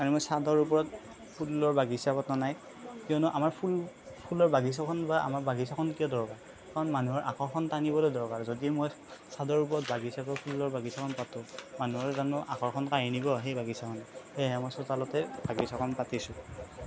আৰু মই চাদৰ ওপৰত ফুলৰ বাগিছা পতা নাই কিয়নো আমাৰ ফুল ফুলৰ বাগিছাখন বা আমাৰ বাগিছাখন কিয় দৰকাৰ কাৰণ মানুহৰ আকৰ্ষণ টানিবলৈ দৰকাৰ যদি মই চাদৰ ওপৰত বাগিছাখন ফুলৰ বাগিছাখন পাতো মানুহৰ জানো আকৰ্ষণ কাঢ়ি নিব সেই বাগিচাখনে সেয়েহে মই চোতালতে বাগিছাখন পাতিছোঁ